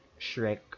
Shrek